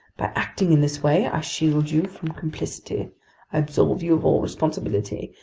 by acting in this way, i shield you from complicity, i absolve you of all responsibility,